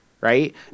right